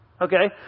Okay